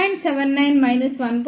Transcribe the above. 79 1